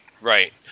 right